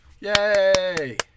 Yay